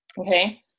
okay